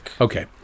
okay